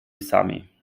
sami